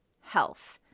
health